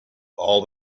all